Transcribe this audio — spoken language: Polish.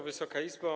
Wysoka Izbo!